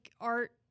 art